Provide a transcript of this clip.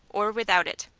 or without it.